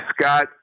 Scott